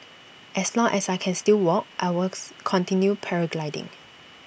as long as I can still walk I walks continue paragliding